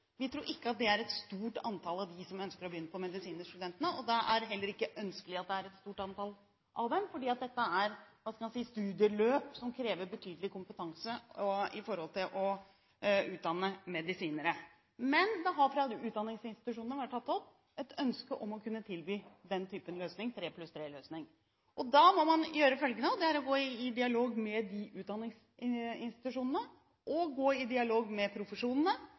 Vi tror ikke det er et stort antall av dem som ønsker å begynne på medisin, og da er det heller ikke ønskelig at det er et stort antall av dem, for dette er studieløp som krever betydelig kompetanse når det gjelder å utdanne medisinere. Men det har fra utdanningsinstitusjonene vært tatt opp et ønske om å kunne tilby en 3+3-løsning. Da må man gå i dialog med utdanningsinstitusjonene og med profesjonene. Jeg tror at man i en meget harmonisk og god modell kan klare å